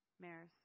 Maris